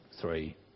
three